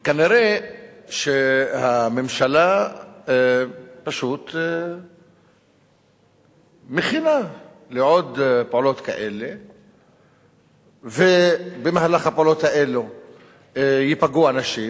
כנראה הממשלה פשוט מכינה זאת לעוד פעולות כאלה שבמהלכן ייפגעו אנשים.